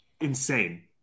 insane